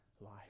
life